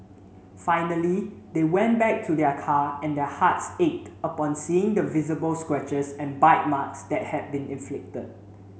finally they went back to their car and their hearts ached upon seeing the visible scratches and bite marks that had been inflicted